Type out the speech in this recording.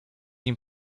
nim